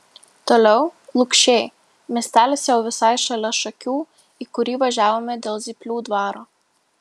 toliau lukšiai miestelis jau visai šalia šakių į kurį važiavome dėl zyplių dvaro